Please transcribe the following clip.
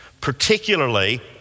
particularly